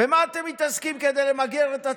במה אתם מתעסקים כדי למגר את הטרור,